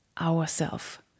ourself